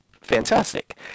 fantastic